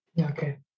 Okay